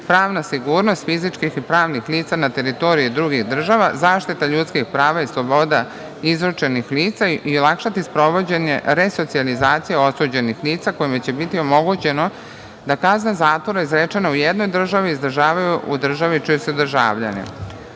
pravna sigurnost fizičkih i pravnih lica na teritoriji drugih država, zaštita ljudskih prava i sloboda izručenih lica i olakšati sprovođenje resocijalizacije osuđenih lica kojima će biti omogućeno da kazne zatvora izrečene u jednoj državi izdržavaju u državi čiji su državljani. Uređivanje